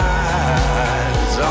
eyes